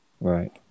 right